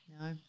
no